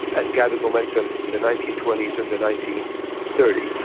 and gathered momentum in the nineteen twenty s and the nineteen thirty